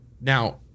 Now